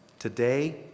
Today